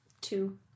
Two